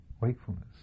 wakefulness